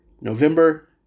November